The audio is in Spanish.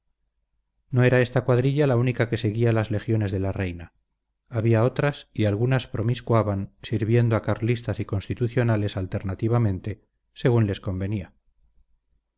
no era esta cuadrilla la única que seguía las legiones de la reina había otras y algunas promiscuaban sirviendo a carlistas y constitucionales alternativamente según les convenía